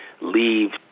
Leave